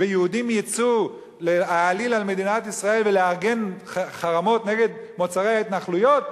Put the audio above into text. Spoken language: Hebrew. ויהודים יצאו להעליל על מדינת ישראל ולארגן חרמות נגד מוצרי ההתנחלויות,